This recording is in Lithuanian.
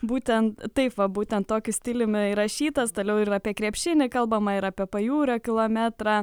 būtent taip va būtent tokiu stiliumi įrašytas toliau ir apie krepšinį kalbama ir apie pajūrio kilometrą